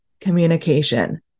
communication